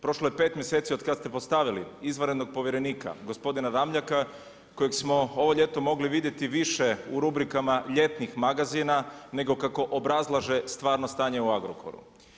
Prošlo je 5 mjeseci od kada ste postavili izvanredno povjerenika gospodina Ramljaka, kojeg smo ovo ljeto mogli vidjeti više u rubrikama ljetnih magazina, nego kako obrazlaže stvarno stanje u Agrokoru.